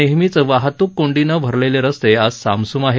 नेहमीच वाहतूक कोंडीनं भरलेले रस्ते आज सामसूम आहेत